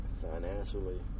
financially